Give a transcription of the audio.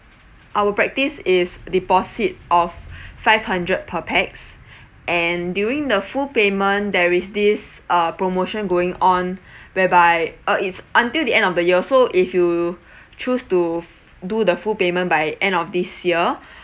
our practice is deposit of five hundred per pax and during the full payment there is this uh promotion going on whereby uh it's until the end of the year so if you choose to f~ do the full payment by end of this year